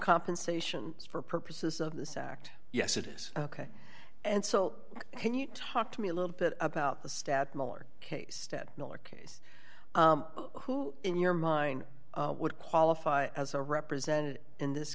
compensation for purposes of this act yes it is ok and so can you talk to me a little bit about the stat miller case ted miller case who in your mind would qualify as a represented in this